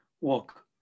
walk